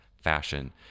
fashion